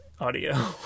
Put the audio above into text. audio